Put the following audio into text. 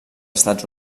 estats